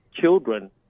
children